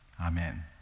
Amen